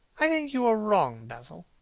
i think you are wrong, basil,